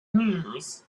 news